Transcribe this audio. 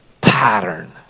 pattern